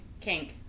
kink